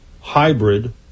hybrid